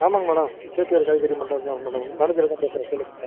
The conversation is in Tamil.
ஆமாங்க மேடம் கேபிஆர் காய்கறி மண்டி தான் மேனேஜர் தான் பேசுகிறேன் சொல்லுங்கள் மேடம்